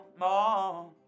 more